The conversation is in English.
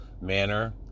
manner